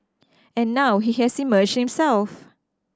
and now he has emerged himself